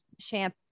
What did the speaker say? champ